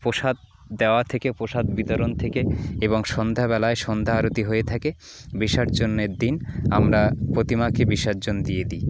প্রসাদ দেওয়া থেকে প্রসাদ বিতরণ থেকে এবং সন্ধ্যাবেলায় সন্ধ্যা আরতি হয়ে থাকে বিসর্জনের দিন আমরা প্রতিমাকে বিসর্জন দিয়ে দিই